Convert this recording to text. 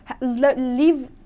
leave